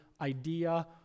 idea